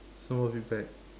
some of you back